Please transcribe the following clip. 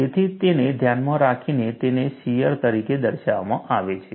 તેથી તેને ધ્યાનમાં રાખીને તેને શિયર તરીકે દર્શાવવામાં આવે છે